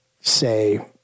say